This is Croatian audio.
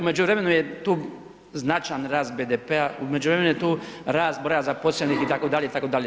U međuvremenu je tu značajan rast BDP-a, u međuvremenu je tu rast broja zaposlenih itd. itd.